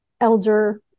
elder